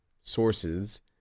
sources